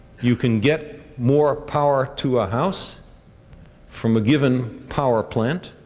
you can get more power to a house from a given power plant,